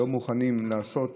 שלא מוכנים לעשות